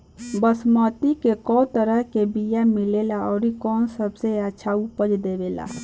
बासमती के कै तरह के बीया मिलेला आउर कौन सबसे अच्छा उपज देवेला?